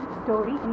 story